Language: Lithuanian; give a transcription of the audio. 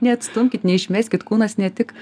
neatstumkit neišmeskit kūnas ne tik